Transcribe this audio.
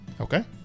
Okay